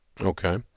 Okay